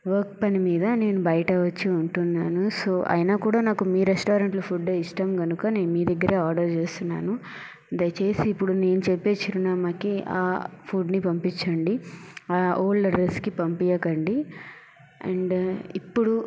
work పనిమీద నేను బయట వచ్చి ఉంటున్నాను సో అయినా కూడా నాకు మీ రెస్టారెంట్లో ఫుడ్డే ఇష్టం కనుక నేను మీ దగ్గరే ఆర్డర్ చేస్తున్నాను దయచేసి ఇప్పుడు నేను చెప్పే చిరునామాకి ఆ ఫుడ్ ని పంపించండి అ ఓల్డ్ అడ్రెస్ పంపియాకండి అండ్ ఇప్పుడు